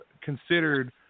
considered